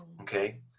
okay